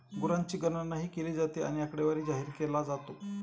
गुरांची गणनाही केली जाते आणि आकडेवारी जाहीर केला जातो